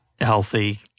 healthy